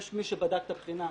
יש מי שבדק את הבחינה,